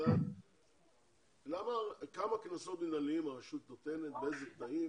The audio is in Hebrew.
לדעת כמה קנסות מינהליים הרשות נותנת, באיזה תנאים